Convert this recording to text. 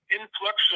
influx